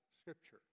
scripture